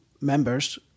members